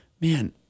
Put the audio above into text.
man